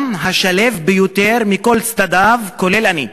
גם השלו ביותר, מכל צדדיו, כולל אני,